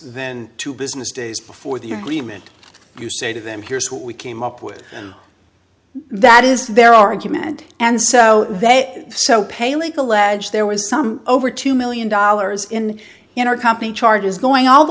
then two business days before the agreement you say to them here's what we came up with that is their argument and so they so paley allege there was some over two million dollars in in our company charges going all the